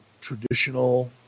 traditional